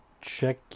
check